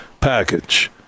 package